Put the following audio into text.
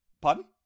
Pardon